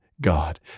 God